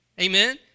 amen